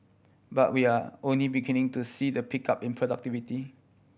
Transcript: but we are only beginning to see the pickup in productivity